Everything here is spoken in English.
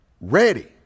ready